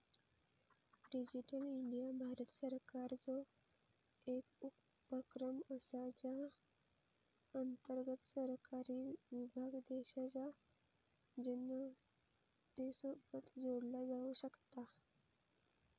digital India Bharat सरकारचो एक उपक्रम असा ज्या अंतर्गत सरकारी विभाग देशाच्या जनतेसोबत जोडला जाऊ शकता